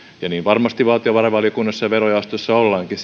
ja niin varmasti valtiovarainvaliokunnassa ja verojaostossa ollaankin